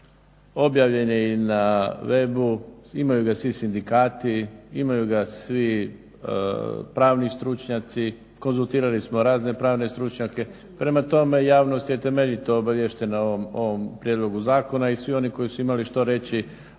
Objavljen je i na webu. Imaju ga svi sindikati, imaju ga svi pravni stručnjaci. Konzultirali smo razne pravne stručnjake. Prema tome, javnost je temeljito obaviještena o ovom prijedlogu zakona i svi oni koji su imali što reći